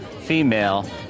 female